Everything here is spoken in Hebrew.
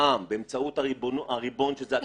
העם, באמצעות הריבון, שזו הכנסת,